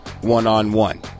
one-on-one